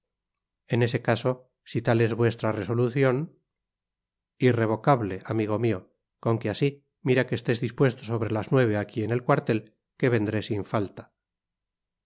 en ese caso si tal es vuestra resolucion irrevocable amigo mío con que así mira que estés dispuesto sobre las nueve aquí en el cuartel que vendré sin falta